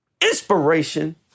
inspiration